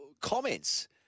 comments